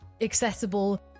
accessible